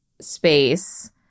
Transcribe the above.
space